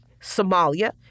Somalia